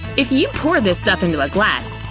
if you pour this stuff into a glass,